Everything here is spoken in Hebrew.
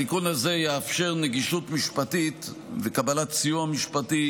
התיקון הזה יאפשר נגישות משפטית וקבלת סיוע משפטי